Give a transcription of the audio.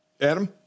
Adam